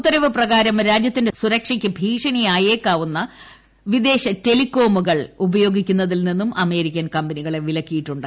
ഉത്തരവ് പ്രകാരം രാജ്യത്തിന്റെ സൂരക്ഷയ്ക്ക് ഭീഷണിയായേക്കാവുന്ന വിദേശ ടെലികോമുകൾ ഉപയോഗിക്കുന്നതിൽ നിന്നും അമേരിക്കൻ കമ്പനികളെ വിലക്കിയിട്ടുണ്ട്